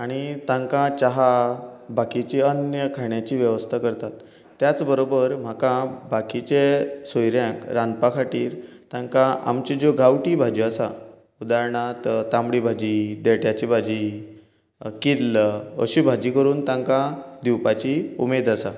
आनी तांकां चाहा बाकीची अन्य खाण्याची वेवस्था करतात त्याच बरोबर म्हाका बाकीचें सोयऱ्यांक रांदपा खातीर तांकां आमच्यो ज्यो गांवठी भाज्यो आासा उदारणांत तांबडी भाजी देट्याची भाजी किल्ल अशीं भाजी करून तांकां दिवपाची उमेद आसा